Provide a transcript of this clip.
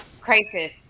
crisis